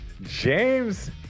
James